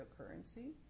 cryptocurrency